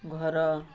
ଘର